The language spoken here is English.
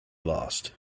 lost